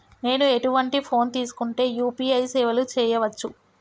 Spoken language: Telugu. నేను ఎటువంటి ఫోన్ తీసుకుంటే యూ.పీ.ఐ సేవలు చేయవచ్చు?